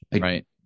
right